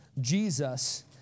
Jesus